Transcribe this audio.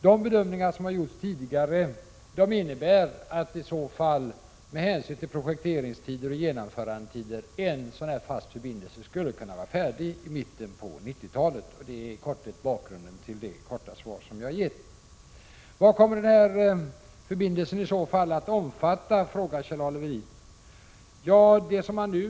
De bedömningar som tidigare har gjorts innebär att en fast förbindelse — med hänsyn till projekteringsoch genomförandetider — i så fall skulle kunna vara färdig i mitten av 1990-talet. — Prot. 1986 dr momsen att omfatta.